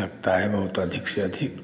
लगता है बहुत अधिक से अधिक